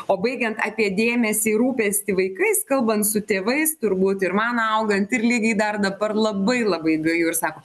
o baigiant apie dėmesį rūpestį vaikais kalbant su tėvais turbūt ir man augant ir lygiai dar dabar labai labai gaju ir sako